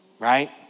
Right